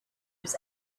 was